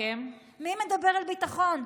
מי מדבר בכלל על ביטחון?